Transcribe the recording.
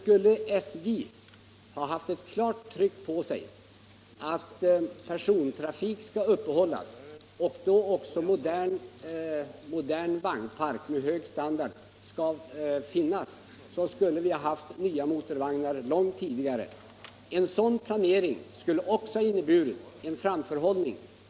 Om SJ hade haft ett klart tryck på sig att persontrafik skall upprätthållas och att en modern vagnpark med hög standard skall finnas, då skulle vi ha haft nya motorvagnar långt tidigare. En sådan planering skulle också ha inneburit en framförhållning.